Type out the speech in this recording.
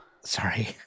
sorry